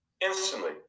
instantly